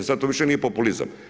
Sada to više nije populizam.